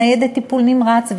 ניידת טיפול נמרץ.